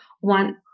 one